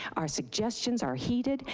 our suggestions are heeded,